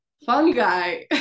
fungi